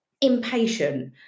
impatient